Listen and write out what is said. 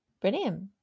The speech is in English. Brilliant